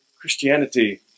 Christianity